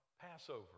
Passover